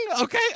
Okay